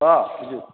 অঁ